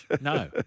no